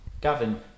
Gavin